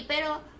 pero